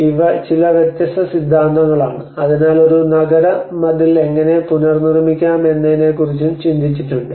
ഇവ ചില വ്യത്യസ്ത സിദ്ധാന്തങ്ങളാണ് അതിനാൽ ഒരു നഗര മതിൽ എങ്ങനെ പുനർനിർമ്മിക്കാം എന്നതിനെക്കുറിച്ചും ചിന്തിച്ചിട്ടുണ്ട്